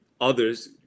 Others